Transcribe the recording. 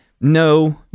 No